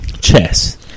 chess